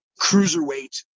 cruiserweight